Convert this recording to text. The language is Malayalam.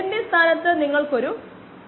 8 v mM min 1 0